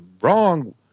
wrong